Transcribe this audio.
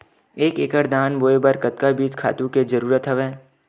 एक एकड़ धान बोय बर कतका बीज खातु के जरूरत हवय?